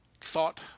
thought